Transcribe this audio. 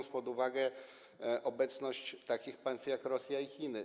Weźmy pod uwagę obecność takich państw jak Rosja i Chiny.